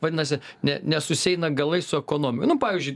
vadinasi ne nesusieina galai su ekonom nu pavyzdžiui